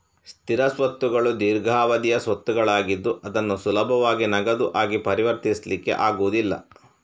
ಸ್ಥಿರ ಸ್ವತ್ತುಗಳು ದೀರ್ಘಾವಧಿಯ ಸ್ವತ್ತುಗಳಾಗಿದ್ದು ಅದನ್ನು ಸುಲಭವಾಗಿ ನಗದು ಆಗಿ ಪರಿವರ್ತಿಸ್ಲಿಕ್ಕೆ ಆಗುದಿಲ್ಲ